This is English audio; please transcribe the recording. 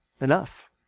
Enough